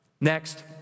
Next